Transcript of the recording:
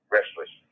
Restless